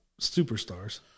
superstars